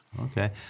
Okay